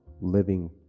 living